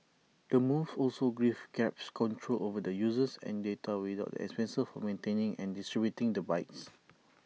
the move also gives grab's control over the users and data without expenses of maintaining and distributing the bikes